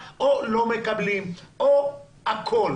או לא מקבלים או הכול.